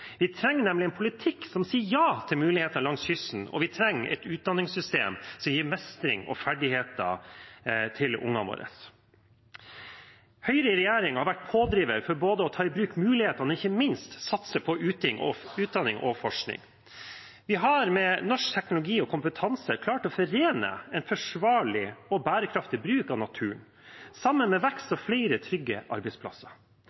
Vi trenger nemlig en politikk som sier ja til mulighetene langs kysten, og vi trenger et utdanningssystem som gir mestring og ferdigheter til ungene våre. Høyre i regjering har vært pådriver for både å ta i bruk mulighetene og ikke minst å satse på utdanning og forskning. Vi har med norsk teknologi og kompetanse klart å forene en forsvarlig og bærekraftig bruk av naturen sammen med vekst